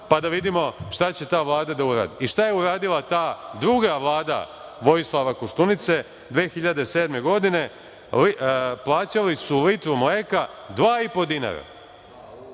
pa da vidimo šta će ta Vlada da uradi. I šta je uradila ta druga Vlada Vojislava Koštunice 2007. godine? Plaćali su litru mleka 2,5 dinara. Godine